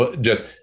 Just-